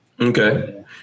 Okay